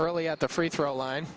early at the free throw line